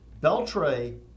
Beltray